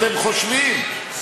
אתם חושבים.